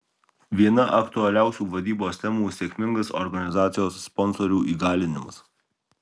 viena aktualiausių vadybos temų sėkmingas organizacijos sponsorių įgalinimas